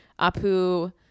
Apu